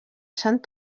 sant